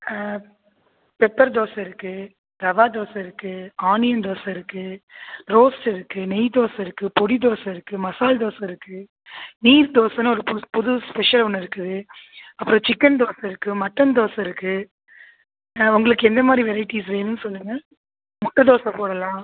pepper dosa இருக்கு ரவா தோசை இருக்கு onion dosa இருக்கு ரோஸ்ட் இருக்கு நெய் தோசை இருக்கு பொடி தோசை இருக்கு மசால் தோசை இருக்கு வீல் தோசைன்னு ஒரு புதுசு புது ஸ்பெஷல் ஒன்று இருக்குது அப்புறம் சிக்கன் தோசை இருக்கு மட்டன் தோசை இருக்கு உங்களுக்கு எந்தமாதிரி வெரைட்டிஸ் வேணுன்னு சொல்லுங்கள் முட்டை தோசை போடலாம்